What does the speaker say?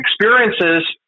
experiences